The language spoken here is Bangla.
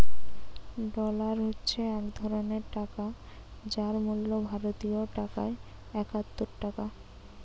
ডলার হচ্ছে এক ধরণের টাকা যার মূল্য ভারতীয় টাকায় একাত্তর টাকা